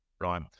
Right